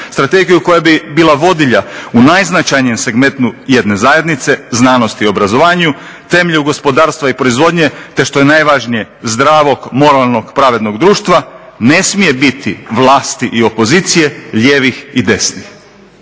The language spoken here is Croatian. strategiju koja bi bila vodilja u najznačajnijem segmentu jedne zajednice, znanosti i obrazovanju, temelju gospodarstva i proizvodnje te što je najvažnije zdravog, moralnog, pravedno društva, ne smije biti vlasti i opozicije, lijevih i desnih.